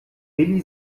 willi